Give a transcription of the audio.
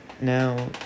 Now